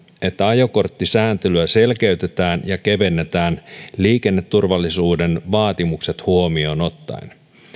että ajokorttisääntelyä selkeytetään ja kevennetään liikenneturvallisuuden vaatimukset huomioon ottaen